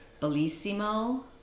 Bellissimo